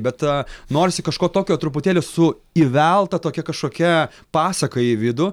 bet norisi kažko tokio truputėlį su įvelta tokia kažkokia pasaka į vidų